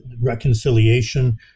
reconciliation